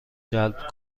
جلب